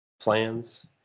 plans